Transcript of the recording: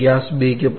6 m3